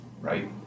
right